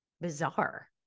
bizarre